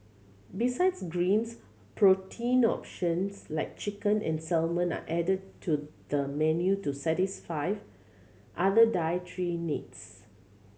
besides greens protein options like chicken and salmon are added to the menu to satisfy other dietary needs